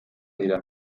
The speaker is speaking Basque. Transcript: dira